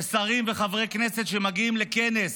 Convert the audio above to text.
ששרים וחברי כנסת שמגיעים לכנס